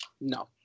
no